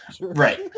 right